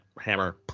hammer